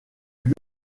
lieu